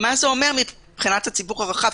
מה זה אומר מבחינת הציבור הרחב,